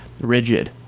rigid